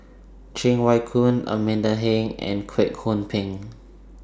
Cheng Wai Keung Amanda Heng and Kwek Hong Png